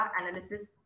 analysis